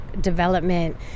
development